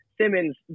Simmons